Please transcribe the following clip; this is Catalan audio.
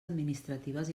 administratives